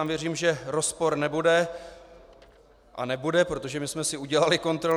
Věřím, že rozpor nebude, a nebude, protože jsme si udělali kontrolu.